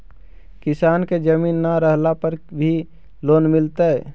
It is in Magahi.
किसान के जमीन न रहला पर भी लोन मिलतइ?